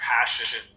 passion